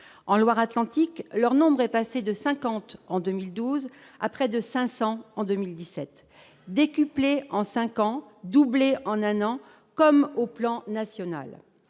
En Loire-Atlantique, leur nombre est passé de 50 en 2012 à près de 500 en 2017 ; il a décuplé en cinq ans, doublé en un an, comme au plan national.